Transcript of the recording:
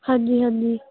ਹਾਂਜੀ ਹਾਂਜੀ